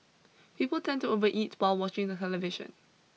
people tend to overeat while watching the television